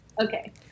Okay